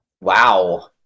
Wow